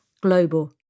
Global